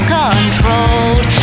controlled